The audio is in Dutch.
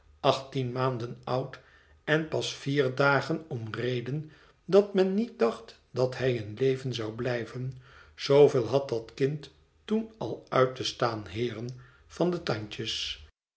achttien maanden oud en pas vier dagen om reden dat men niet dacht dat hij in leven zou blijven zooveel had dat kind toen al uit te staan heeren van de tandjes